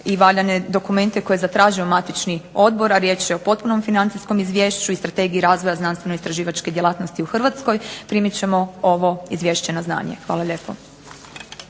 i valjane dokumente koje je zatražio matični odbor, a riječ je o potpunom financijskom izvješću i Strategiji razvoja znanstveno-istraživačke djelatnosti u Hrvatskoj, primit ćemo ovo izvješće na znanje. Hvala lijepo.